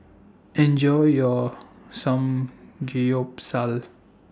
Enjoy your Samgyeopsal